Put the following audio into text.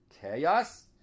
chaos